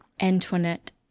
Antoinette